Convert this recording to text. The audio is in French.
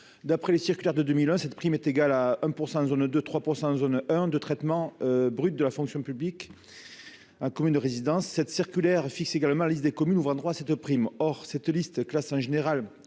d'après les circulaires de 2001, cette prime est égale à 1 % en zone de 3 pour 100 zone hein de traitement brut de la fonction publique ah commune de résidence cette circulaire fixe également la liste des communes ouvrant droit à cette prime, or cette liste classe en général